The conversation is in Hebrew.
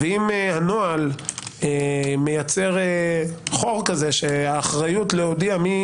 ואם הנוהל מייצר חור כזה שהאחריות להודיע מי